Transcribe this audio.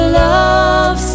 love